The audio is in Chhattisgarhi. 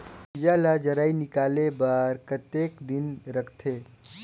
बीजा ला जराई निकाले बार कतेक दिन रखथे?